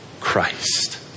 Christ